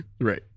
Right